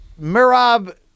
Mirab